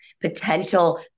potential